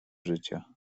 życia